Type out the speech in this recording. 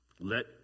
Let